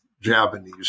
Japanese